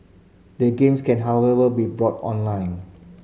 the games can however be bought online